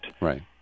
right